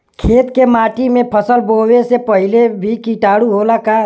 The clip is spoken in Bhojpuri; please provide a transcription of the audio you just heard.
खेत के माटी मे फसल बोवे से पहिले भी किटाणु होला का?